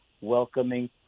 welcoming